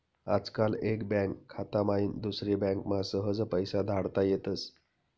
आजकाल एक बँक खाता माईन दुसरी बँकमा सहज पैसा धाडता येतस